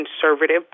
conservative